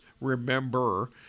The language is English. remember